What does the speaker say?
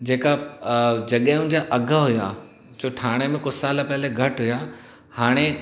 जेका जॻहियूं जा अघ हुआ जो ठाणे में कुझु साल पहले घटि हुआ हाणे